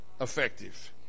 effective